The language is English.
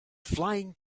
flying